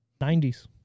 90s